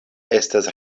estas